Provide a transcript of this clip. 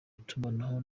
itumanaho